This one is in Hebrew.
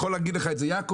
יכול להגיד לך את זה יעקב,